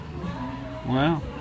Wow